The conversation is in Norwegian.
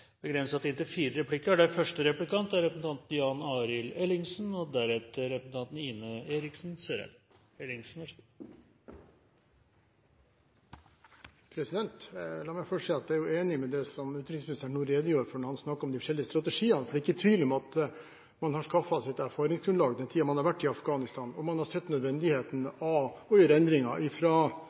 La meg først si at jeg er enig i det utenriksministeren nå redegjør for når han snakker om de forskjellige strategiene. Det er ikke tvil om at man har skaffet seg et erfaringsgrunnlag den tiden man har vært i Afghanistan, og man har sett nødvendigheten av å gjøre endringer